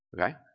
Okay